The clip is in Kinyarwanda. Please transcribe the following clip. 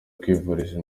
kwivuriza